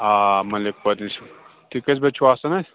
آ مٔلِک پورِ نِش تُہۍ کٔژِ بجہِ چھُو آسان اَتہِ